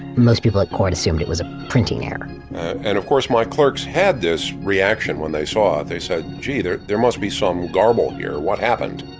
most people at court assumed it was a printing error and of course my clerks had this reaction when they saw it. they said, gee, there there must be some garble or what happened?